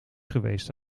geweest